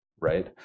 right